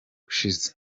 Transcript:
ushize